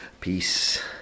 peace